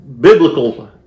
biblical